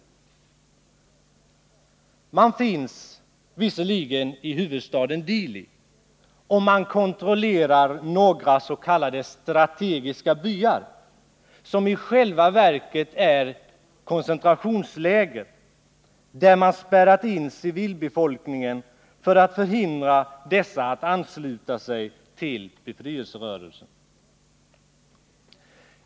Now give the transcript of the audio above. Indonesierna finns visserligen i huvudstaden Dili och kontrollerar några s.k. strategiska byar, som i själva verket är koncentrationsläger där man spärrat in civilbefolkningen för att förhindra dess anslutning till befrielserörelsen.